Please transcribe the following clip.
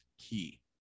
key